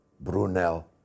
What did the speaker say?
Brunel